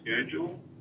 schedule